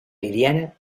liliana